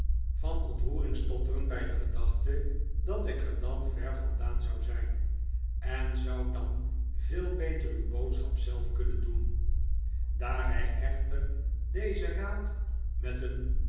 van ontroering stotterend bij de gedachte dat ik er dan ver vandaan zou zijn en zoudt dan veel beter uw boodschap zelf kunnen doen daar hij echter dezen raad met een